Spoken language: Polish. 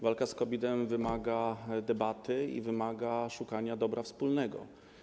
Walka z COVID-em wymaga debaty i wymaga szukania dobra wspólnego.